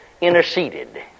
interceded